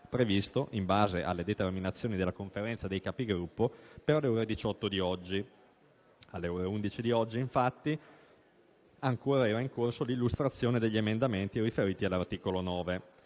previsto in base alle determinazioni della Conferenza dei Capigruppo per le ore 18 di oggi. Alle ore 11 di oggi, infatti, ancora era in corso l'illustrazione degli emendamenti riferiti all'articolo 9.